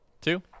two